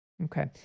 Okay